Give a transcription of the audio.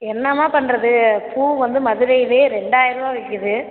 என்னம்மா பண்ணுறது பூ வந்து மதுரையில் ரெண்டாயர ரூபா விற்கிது